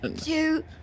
two